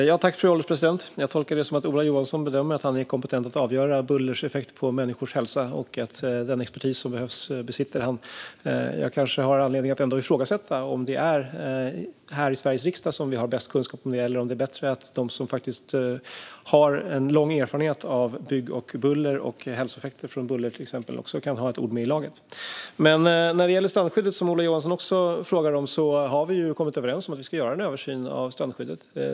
Fru ålderspresident! Jag tolkar det som att Ola Johansson bedömer att han är kompetent att avgöra bullers effekt på människors hälsa och att han besitter den expertis som behövs. Jag kanske ändå har anledning att ifrågasätta om det är här i Sveriges riksdag som vi har bäst kunskap om det. Det kanske är bättre om de som faktiskt har en lång erfarenhet av hälsoeffekter av byggande och buller får ha ett ord med i laget. När det gäller strandskyddet, som Ola Johansson också frågar om, har vi kommit överens om att vi ska göra en översyn av det.